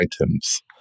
items